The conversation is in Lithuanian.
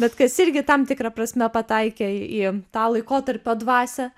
bet kas irgi tam tikra prasme pataikė į tą laikotarpio dvasią